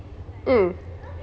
mm